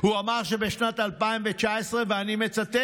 הוא אמר בשנת 2019, ואני מצטט: